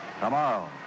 tomorrow